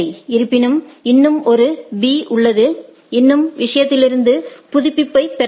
இருப்பினும் இன்னும் ஒரு Bஉள்ளது இன்னும் விஷயத்திலிருந்து புதுப்பிப்பைப் பெறவில்லை